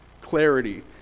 clarity